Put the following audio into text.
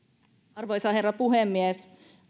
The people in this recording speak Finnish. arvoisa herra puhemies